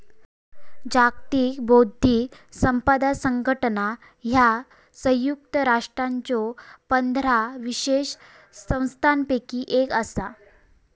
जागतिक बौद्धिक संपदा संघटना ह्या संयुक्त राष्ट्रांच्यो पंधरा विशेष संस्थांपैकी एक असा